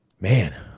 man